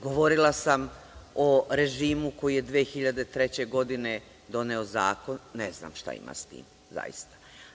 Govorila sam o režimu koji je 2003. godine doneo zakon, ne znam šta ima s tim, zaista.